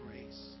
grace